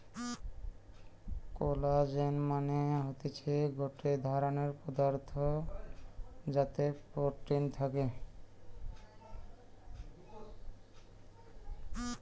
collagen মানে হতিছে গটে ধরণের পদার্থ যাতে প্রোটিন থাকে